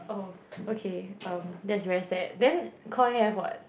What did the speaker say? oh okay um that's very sad then Koi have [what]